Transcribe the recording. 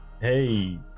hey